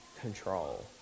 control